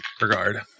regard